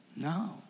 No